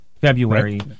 February